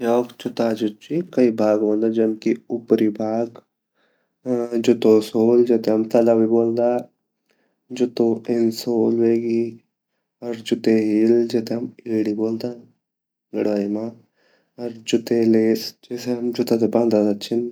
योक जुत्ता जु ची कई भाग वोन्दा जन की ऊपरी भाग जुत्तो सोल जू ते हम तला भी ब्वल्दा जुत्तो इनसोल वेगि अर जुटते हील जेते हम एड़ी ब्वल्दा अर जुत्ते लैस जेसे हम जुत्ता ते बंददा छिन।